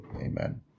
Amen